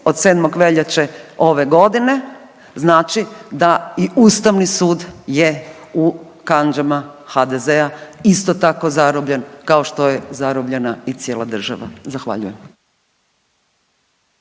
od 7. veljače ove godine znači da i Ustavni sud je u kandžama HDZ-a isto tako zarobljen kao što je zarobljena i cijela država. Zahvaljujem.